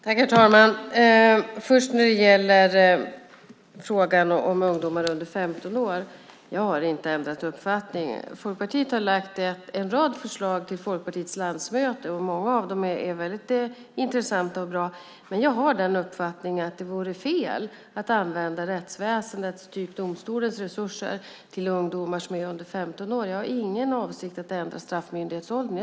Herr talman! När det gäller frågan om ungdomar under 15 år har jag inte ändrat uppfattning. Folkpartiet har lagt fram en rad förslag till Folkpartiets landsmöte, och många av dem är väldigt intressanta och bra. Men jag har den uppfattningen att det vore fel att använda rättsväsendets och domstolarnas resurser till ungdomar som är under 15 år. Jag har ingen avsikt att ändra straffmyndighetsåldern.